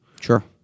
Sure